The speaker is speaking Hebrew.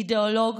אידאולוג